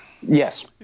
Yes